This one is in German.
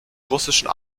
russischen